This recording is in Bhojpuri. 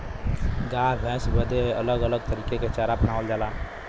गाय भैसन बदे अलग अलग तरीके के चारा बनावल जाला